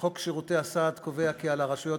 חוק שירותי הסעד קובע כי על הרשויות